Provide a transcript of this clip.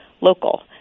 local